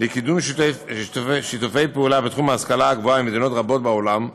לקידום שיתופי פעולה בתחום ההשכלה הגבוהה עם מדינות רבות בעולם,